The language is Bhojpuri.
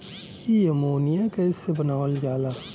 इ अमोनिया गैस से बनावल जाला